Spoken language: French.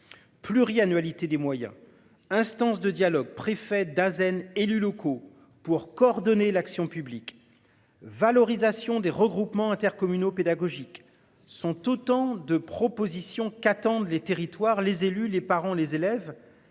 Pluri-annualité des moyens instance de dialogue préfet Dasen élus locaux pour coordonner l'action publique valorisation des regroupements intercommunaux pédagogiques sont autant de propositions qu'attendent les territoires, les élus, les parents, les élèves.